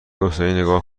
حسینی، نگاه